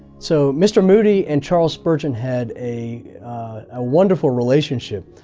so mr. moody and charles spurgeon had a ah wonderful relationship.